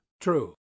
true